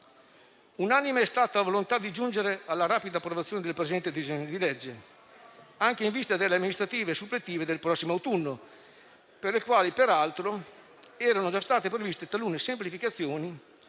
Unanime è stata la volontà di giungere alla rapida approvazione del presente disegno di legge, anche in vista delle elezioni amministrative suppletive del prossimo autunno, per le quali, peraltro, erano già state previste alcune semplificazioni,